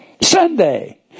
Sunday